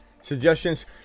suggestions